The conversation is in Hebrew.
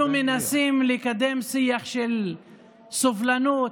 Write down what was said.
אנחנו מנסים לקדם שיח של סובלנות,